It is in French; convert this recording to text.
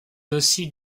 aussi